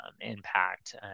impact